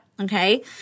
Okay